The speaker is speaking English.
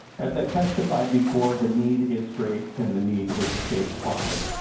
as i testified before the need is great and the need is statewide.